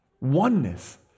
oneness